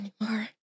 anymore